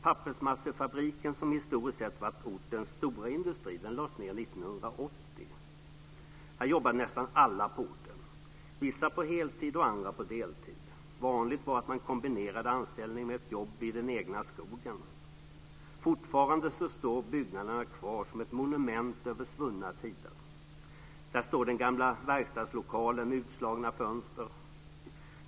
Pappersmassefabriken, som historiskt sett varit ortens stora industri, lades ned 1980. Här jobbade nästan alla på orten, vissa på heltid, andra på deltid. Vanligt var att man kombinerade anställningen med ett jobb i den egna skogen. Fortfarande står byggnaderna kvar som ett monument över svunna tider. Där står den gamla verkstadslokalen med utslagna fönster.